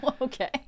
Okay